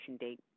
date